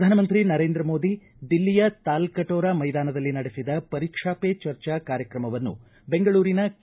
ಪ್ರಧಾನಮಂತ್ರಿ ನರೇಂದ್ರ ಮೋದಿ ದಿಲ್ಲಿಯ ತಾಲ್ಲಟೋರಾ ಮೈದಾನದಲ್ಲಿ ನಡೆಸಿದ ಪರೀಕ್ವಾ ಪೇ ಚರ್ಚಾ ಕಾರ್ಯಕ್ರಮವನ್ನು ಬೆಂಗಳೂರಿನ ಕೆ